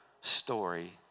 story